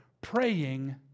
praying